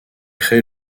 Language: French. créé